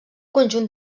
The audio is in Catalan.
conjunt